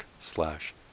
slash